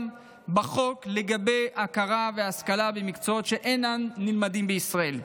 בחוק לגבי הכרה והשכלה במקצועות שאינם נלמדים בישראל.